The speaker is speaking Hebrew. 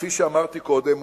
כפי שאמרתי קודם,